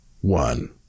one